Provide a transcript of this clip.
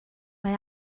mae